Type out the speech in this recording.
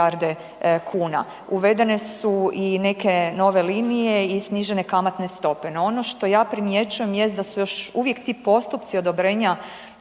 kuna. Uvedene su i neke nove linije i snižene kamatne stope no ono što ja primjećujem jest da su još uvijek ti postupci odobrenja